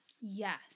Yes